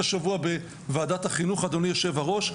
השבוע בוועדת החינוך אדוני יושב הראש,